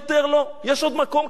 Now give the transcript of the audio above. יש עוד מקום כזה בעולם?